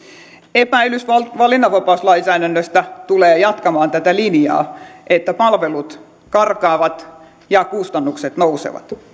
epäilys valinnanvapauslainsäädännöstä tulee jatkamaan tätä linjaa että palvelut karkaavat ja kustannukset nousevat